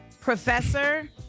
professor